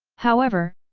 however,